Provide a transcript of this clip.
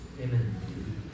Amen